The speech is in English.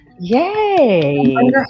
Yay